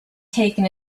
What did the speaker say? taken